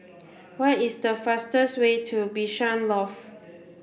what is the fastest way to Bishan Loft